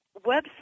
website